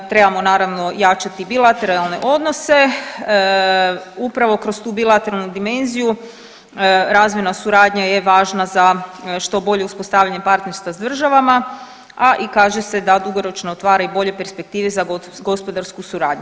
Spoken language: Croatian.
Trebamo naravno jačati bilateralne odnose upravo kroz tu bilateralnu dimenziju razvojna suradnja je važna za što bolje uspostavljanje partnerstva s državama, a i kaže se da dugoročno otvara i bolje perspektive za gospodarsku suradnju.